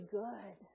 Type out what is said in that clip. good